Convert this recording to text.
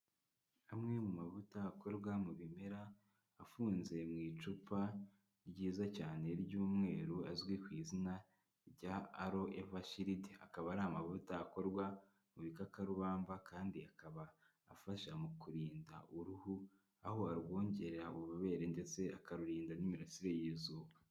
amwe mu mavuta akorwa mu bimera, afunze mu icupa ryiza cyane ry'umweru azwi ku izina rya alo evashiridi, akaba ari amavuta akorwa mu bikakarubamba, kandi akaba afasha mu kurinda uruhu aho arwongerera ububobere ndetse akarurinda n'imirasire y'izuba.